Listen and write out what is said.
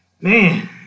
Man